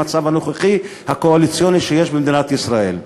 במצב הקואליציוני הנוכחי שיש במדינת ישראל.